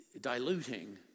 diluting